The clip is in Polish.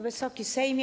Wysoki Sejmie!